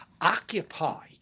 occupy